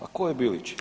A ko je Bilić?